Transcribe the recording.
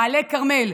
למעלה הכרמל,